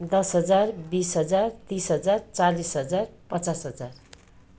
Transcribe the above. दस हजार बिस हजार तिस हजार चालिस हजार पचास हजार